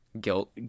guilt